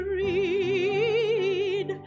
read